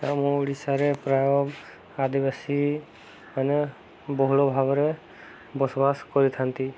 ଆମ ଓଡ଼ିଶାରେ ପ୍ରାୟ ଆଦିବାସୀମାନେ ବହୁଳ ଭାବରେ ବସବାସ କରିଥାନ୍ତି